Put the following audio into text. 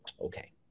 okay